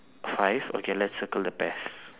five okay let's circle the pears